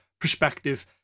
perspective